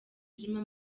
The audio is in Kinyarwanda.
birimo